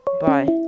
Bye